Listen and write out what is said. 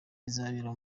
rizabera